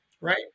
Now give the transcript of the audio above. Right